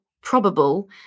probable